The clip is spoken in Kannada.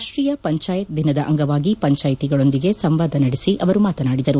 ರಾಷ್ಷೀಯ ಪಂಚಾಯತ್ ದಿನದ ಅಂಗವಾಗಿ ಪಂಚಾಯಿತಿಗಳೊಂದಿಗೆ ಸಂವಾದ ನಡೆಸಿ ಅವರು ಮಾತನಾಡಿದರು